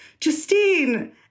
Justine